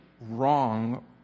wrong